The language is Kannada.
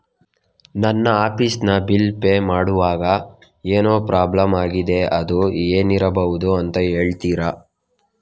ನನ್ನ ಆಫೀಸ್ ನ ಬಿಲ್ ಪೇ ಮಾಡ್ವಾಗ ಏನೋ ಪ್ರಾಬ್ಲಮ್ ಆಗಿದೆ ಅದು ಏನಿರಬಹುದು ಅಂತ ಹೇಳ್ತೀರಾ?